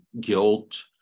guilt